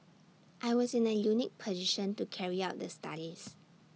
I was in A unique position to carry out the studies